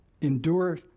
Endure